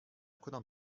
کدام